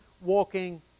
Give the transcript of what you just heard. walking